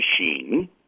machine